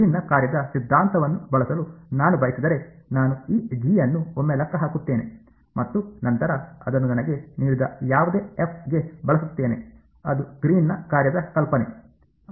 ಗ್ರೀನ್ನ ಕಾರ್ಯದ ಸಿದ್ಧಾಂತವನ್ನು ಬಳಸಲು ನಾನು ಬಯಸಿದರೆ ನಾನು ಈ ಜಿ ಅನ್ನು ಒಮ್ಮೆ ಲೆಕ್ಕ ಹಾಕುತ್ತೇನೆ ಮತ್ತು ನಂತರ ಅದನ್ನು ನನಗೆ ನೀಡಿದ ಯಾವುದೇ ಎಫ್ ಗೆ ಬಳಸುತ್ತೇನೆ ಅದು ಗ್ರೀನ್ನ ಕಾರ್ಯದ ಕಲ್ಪನೆ